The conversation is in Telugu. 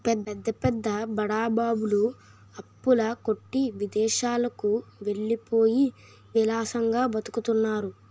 పెద్ద పెద్ద బడా బాబులు అప్పుల కొట్టి విదేశాలకు వెళ్ళిపోయి విలాసంగా బతుకుతున్నారు